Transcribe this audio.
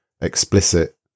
explicit